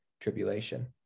tribulation